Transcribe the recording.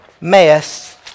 mess